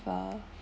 but